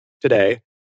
today